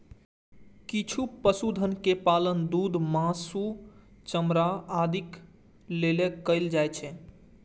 किछु पशुधन के पालन दूध, मासु, चमड़ा आदिक लेल कैल जाइ छै